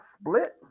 split